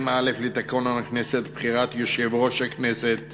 2(א) לתקנון הכנסת, בחירת יושב-ראש הכנסת